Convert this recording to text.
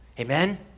amen